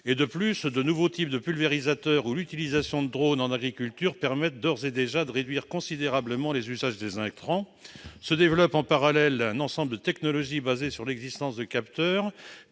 De plus, de nouveaux types de pulvérisateurs ou l'utilisation de drones en agriculture permettent, d'ores et déjà, de réduire considérablement l'usage des intrants. Se développe, en parallèle, un ensemble de technologies fondées sur l'existence de capteurs